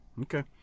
Okay